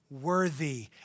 worthy